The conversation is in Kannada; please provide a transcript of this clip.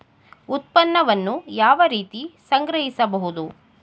ಉತ್ಪನ್ನವನ್ನು ಯಾವ ರೀತಿ ಸಂಗ್ರಹಿಸಬಹುದು?